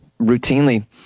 routinely